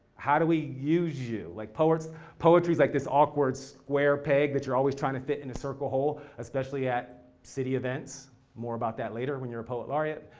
how do we use you? like poetry's poetry's like this awkward squared peg that you're always trying to fit in the circle hole, especially at city events more about that later when you're poet laureate.